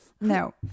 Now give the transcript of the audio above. No